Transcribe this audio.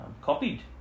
copied